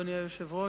אדוני היושב-ראש,